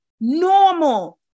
normal